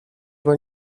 were